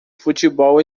futebol